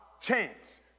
chance